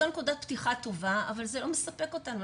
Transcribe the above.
זו נקודת פתיחה טובה אבל זה לא מספק אותנו.